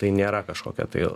tai nėra kažkokia tai